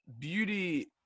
beauty